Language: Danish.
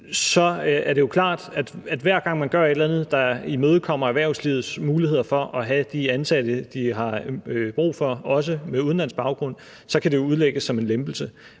er det jo klart, at hver gang man gør et eller andet, der imødekommer erhvervslivets muligheder for at have de ansatte, som de har brug for, også med udenlandsk baggrund, så kan det udlægges som en lempelse.